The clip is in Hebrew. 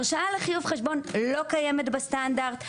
הרשאה לחיוב חשבון לא קיימת בסטנדרט,